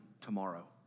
tomorrow